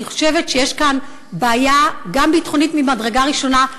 אני חושבת שיש כאן בעיה גם ביטחונית ממדרגה ראשונה,